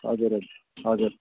हजुर हजुर हजुर